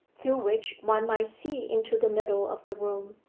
through which one might see into the middle of the room.